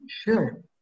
sure